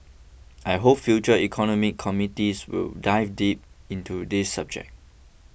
I hope future economic committees will dive deep into this subject